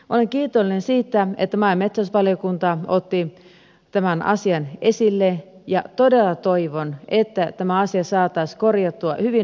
olen kiitollinen siitä että maa ja metsätalousvaliokunta otti tämän asian esille ja todella toivon että tämä asia saataisiin korjattua hyvin nopeasti